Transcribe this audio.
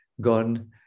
gone